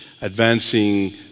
advancing